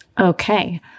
Okay